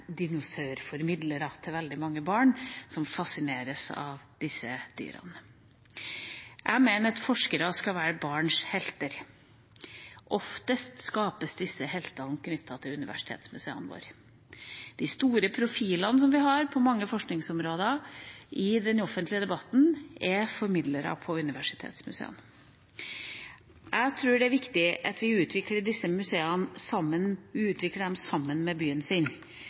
veldig mange barn, som fascineres av disse dyrene. Jeg mener at forskere skal være barns helter. Oftest skapes disse heltene gjennom universitetsmuseene våre. De store profilene på mange forskningsområder som vi har i den offentlige debatten, er formidlere ved universitetsmuseene. Jeg tror det er viktig at vi utvikler disse museene sammen